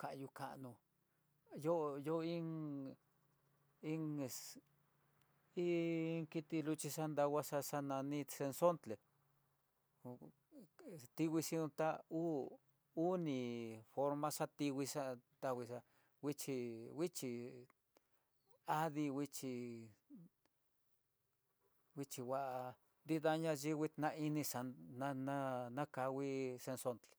kayu kano ho yo'ó iin iin ex iin kiti luxhi xanrangua xa nani xexontle tinguixi ta uu, uni forma xatinguixá tanguixá, nguixhi nguixhi adii nguixhi va'á nrida na yingui nainixan na nakakui xenxontle.